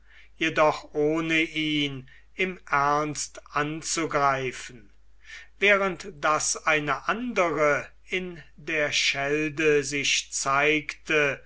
jedoch ohne ihn im ernst anzugreifen während daß eine andere in der schelde sich zeigte